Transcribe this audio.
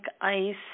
Ice